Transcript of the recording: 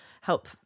help